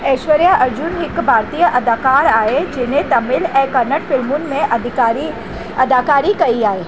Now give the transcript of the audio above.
ऐश्वर्या अर्जुन हिकु भारतीय अदाकार आहे जिन्हनि तमिल ऐं कन्नड़ फिल्मुनि में अदीकारी अदाकारी कई आहे